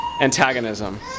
antagonism